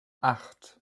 acht